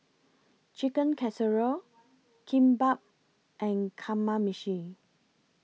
Chicken Casserole Kimbap and Kamameshi